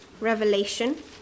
Revelation